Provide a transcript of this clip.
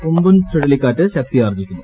ഉം പൂൻ ചുഴലിക്കാറ്റ് ശക്തിയാർജിക്കുന്നു